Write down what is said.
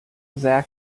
zak